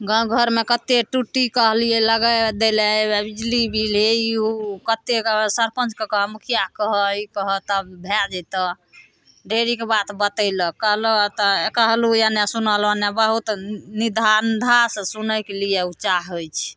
गाँव घरमे कते टूटी कहलियै लगाय दै लए हेवए बिजली बिल हे ई ओ कतेक सरपंचके कहऽ मुखियाके कहऽ इ कहऽ तब भए जेतऽ ढेरीके बात बतैलक कहलऽ तऽ कहलहुॅं एन्ने सुनल ओन्ने बहुत निधन्धा सँ सुनैके लिए ओ चाहै छै